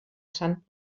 sant